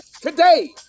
today